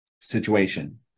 situation